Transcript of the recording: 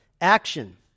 Action